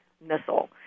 missile